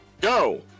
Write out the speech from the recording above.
Go